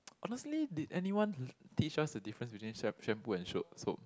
honestly did anyone l~ teach us the difference between sham~ shampoo and soap soap